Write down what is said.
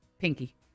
Pinky